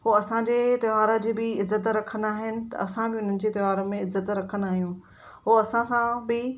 उहो असांजे त्योहार जी बि इज़त रखंदा आहिनि त असां बि हुननि जे त्योहार में इज़त रखंदा आहियूं उहो असां सां बि